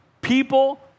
people